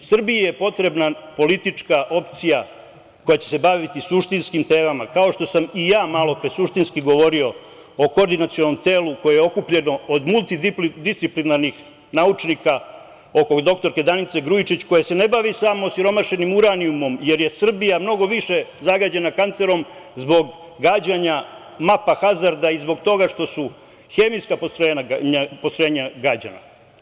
Srbiji je potrebna politička opcija koja će se baviti suštinskim temama, kao što sam i ja malopre suštinski govorio o Koordinacionom telu koje je okupljeno od multidsciplinarnih naučnika oko dr Danice Grujičić koja se ne bavi samo osiromašenim uranijumom, jer je Srbija mnogo više zagađena kancerom zbog gađanja mapa hazarda i zbog toga što su hemijska postrojenja gađana.